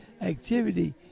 activity